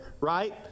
right